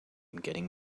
getting